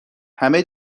همه